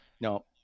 No